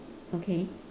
okay